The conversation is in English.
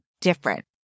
different